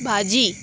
भाजी